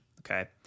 okay